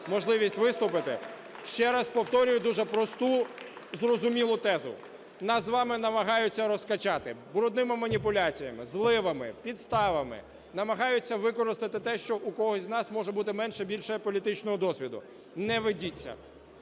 можливість виступити. Ще раз повторюю, дуже просту, зрозумілу тезу: нас з вами намагаються "розкачати" брудними маніпуляціями, зливами, підставами, намагаються використати те, що в когось із нас може бути менше, більше політичного досвіду. Не ведіться!